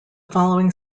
following